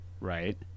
right